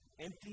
Empty